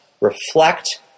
reflect